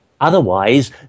otherwise